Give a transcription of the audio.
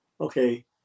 okay